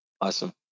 Awesome